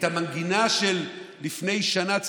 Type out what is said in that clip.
המנגינה של לפני שנה,